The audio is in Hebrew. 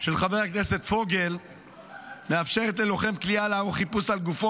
של חבר הכנסת פוגל מאפשרת ללוחם כליאה לערוך חיפוש על גופו